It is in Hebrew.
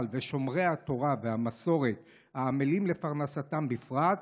ושומרי התורה והמסורת העמלים לפרנסתם בפרט,